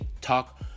talk